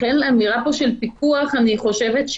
לכן אמירה פה של פיקוח היא בעייתית,